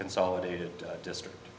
consolidated district